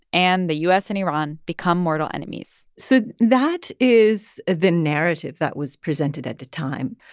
and the u s. and iran become mortal enemies so that is the narrative that was presented at the time.